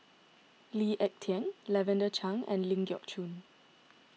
Lee Ek Tieng Lavender Chang and Ling Geok Choon